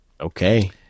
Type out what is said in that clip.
okay